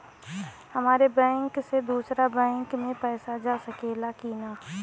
हमारे बैंक से दूसरा बैंक में पैसा जा सकेला की ना?